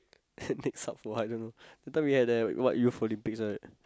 next hub for I don't know that time we had the what Youth-Olympics right